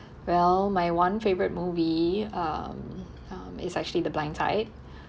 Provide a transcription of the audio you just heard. well my one favourite movie um um it's actually the blind side